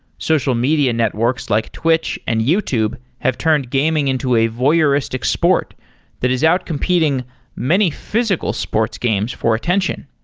social media networks, like twitch and youtube, have turned gaming into a voyeuristic sport that is outcompeting many physical sports games for attention.